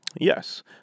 Yes